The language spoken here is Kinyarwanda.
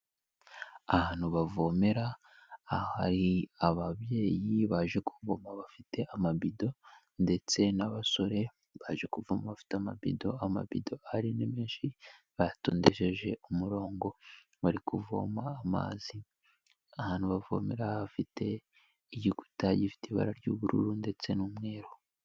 Ahantu bavomera ahari ababyeyi baje kuvoma bafite amabido ndetse n'abasore baje kuvoma bafite amabido, amabido ahari ni menshi, bayatondesheje umurongo, bari kuvoma amazi. Ahantu bavomera hafite igikuta gifite ibara ry'ubururu ndetse n'umweru.